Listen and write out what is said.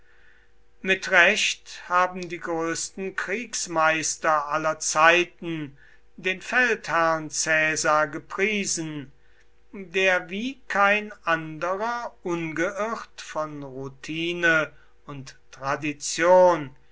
mit recht haben die größten kriegsmeister aller zeiten den feldherrn caesar gepriesen der wie kein anderer ungeirrt von routine und tradition